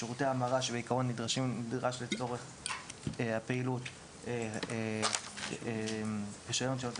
שירותי המרה שבעיקרון נדרש לצורך פעילות של נותן